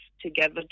together